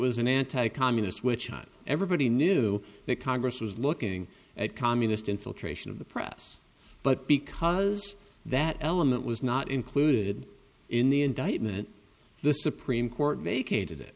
was an anti communist witch hunt everybody knew that congress was looking at communist infiltration of the press but because that element was not included in the indictment the supreme court vacated it